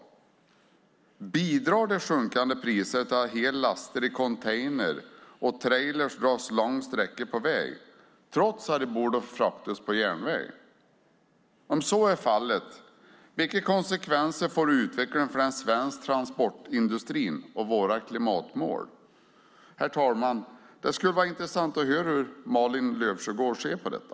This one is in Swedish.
Bidrar det sjunkande priset till att hela laster i container och trailer dras långa sträckor på väg, trots att de borde fraktas på järnväg? Om så är fallet, vilka konsekvenser får det för utvecklingen av den svenska transportindustrin och våra klimatmål? Herr talman! Det skulle vara intressant att höra hur Malin Löfsjögård ser på detta.